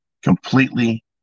Completely